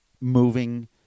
moving